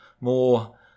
more